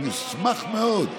אני אשמח מאוד.